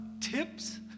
tips